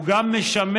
הוא גם משמר